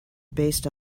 based